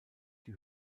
die